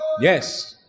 Yes